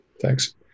Thanks